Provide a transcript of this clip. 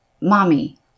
mommy